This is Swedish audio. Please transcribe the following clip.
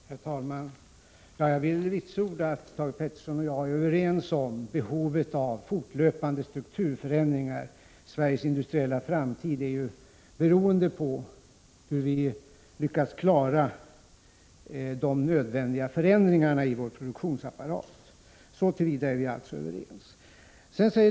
Herr talman! Jag vill vitsorda att Thage Peterson och jag är överens om behovet av fortlöpande strukturförändring. Sveriges industriella framtid är ju beroende av hur vi lyckas klara de nödvändiga förändringarna i vår produktionsapparat. Så till vida är vi alltså överens.